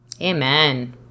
Amen